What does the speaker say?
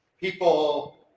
people